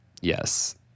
Yes